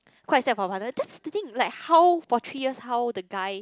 quite sad for her father that's the thing like how for three years how the guy